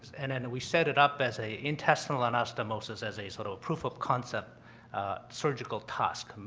and and then we set it up as a intestinal anastomosis as a sort of a proof-of-concept surgical task.